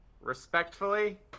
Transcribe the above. respectfully